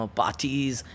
parties